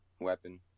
Weapon